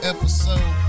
Episode